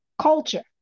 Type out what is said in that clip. culture